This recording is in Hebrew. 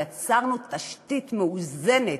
יצרנו תשתית מאוזנת,